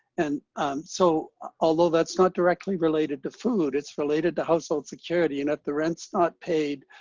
and um so although that's not directly related to food, it's related to household security. and if the rent's not paid,